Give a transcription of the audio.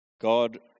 God